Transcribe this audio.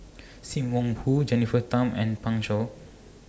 SIM Wong Hoo Jennifer Tham and Pan Shou